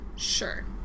Sure